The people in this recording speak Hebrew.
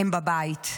הם בבית.